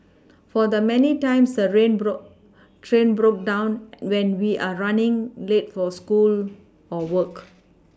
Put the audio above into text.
for the many times a rain the train broke down when we are running late for school or work